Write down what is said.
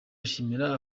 ashimira